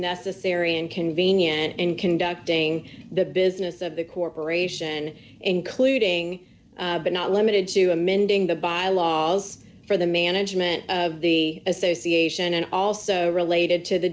necessary and convenient in conducting the business of the corporation including but not limited to amending the bylaws for the management of the association and also related to the